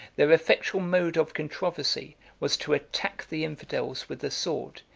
their effectual mode of controversy was to attack the infidels with the sword,